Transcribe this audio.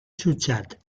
jutjat